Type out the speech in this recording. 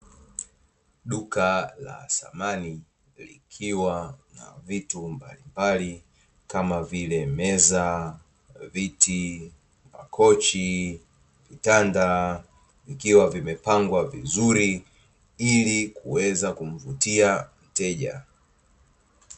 Duka la samani likiwa na vitu mbalimbali kama vile; meza, viti, makochi, vitanda vikiwa vimepangwa vizuri ili kuweza kumvutia mteja.